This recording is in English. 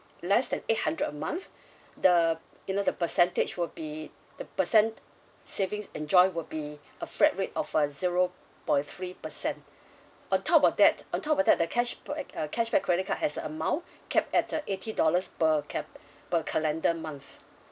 less than eight hundred a month the you know the percentage would be the percent savings enjoyed would be a flat rate of a zero point three percent on top of that on top of that the cash point uh cashback credit card has a amount capped at uh eighty dollars per cap per calendar month